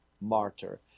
martyr